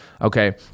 okay